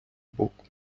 боку